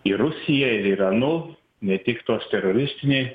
ir rusija ir iranu ne tik tos teroristiniai